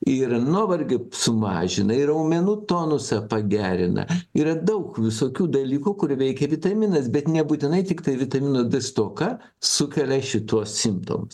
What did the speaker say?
ir nuovargį sumažina ir raumenų tonusą pagerina ir daug visokių dalykų kur veikia vitaminas bet nebūtinai tiktai vitamino d stoka sukelia šituos simptomus